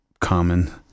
common